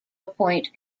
appoint